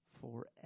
forever